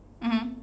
mmhmm